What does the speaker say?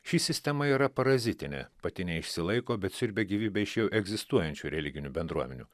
ši sistema yra parazitinė pati neišsilaiko bet siurbia gyvybę iš jau egzistuojančių religinių bendruomenių